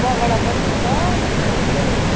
बगडा पनि छ त्यस्तै